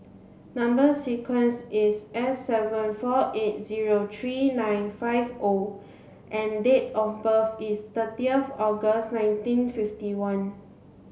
number sequence is S seven four eight zero three nine five O and date of birth is thirtieth August nineteen fifty one